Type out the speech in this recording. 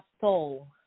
soul